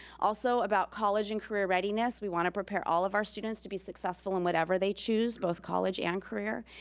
also, about college and career readiness. we wanna prepare all of our students to be successful in whatever they choose, both college and career.